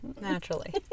naturally